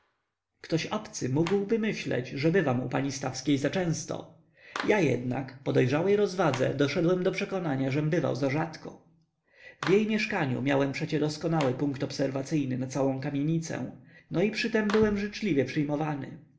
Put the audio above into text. ktoś obcy mógłby myśleć że bywam u pani stawskiej zaczęsto ja jednak po dojrzałej rozwadze doszedłem do przekonania żem bywał za rzadko w jej mieszkaniu miałem przecie doskonały punkt obserwacyjny na całą kamienicę no i przytem byłem życzliwie przyjmowany